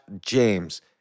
James